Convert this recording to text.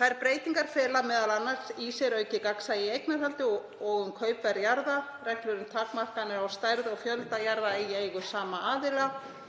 Þær breytingar fela m.a. í sér aukið gagnsæi í eignarhaldi og um kaupverð jarða, reglur um takmarkanir á stærð og fjölda jarða í eigu sama aðila